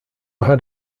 had